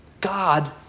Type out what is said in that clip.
God